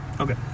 Okay